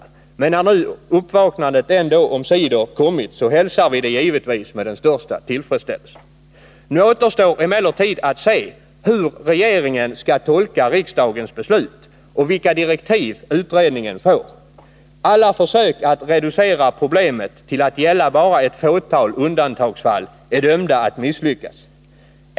Men när nu uppvaknandet ändå omsider kommit, hälsar vi det givetvis med största tillfredsställelse. Nu återstår emellertid att se hur regeringen skall tolka riksdagens beslut och vilka direktiv utredningen får. Alla försök att reducera problemet till att gälla bara ett fåtal undantagsfall är dömda att misslyckas.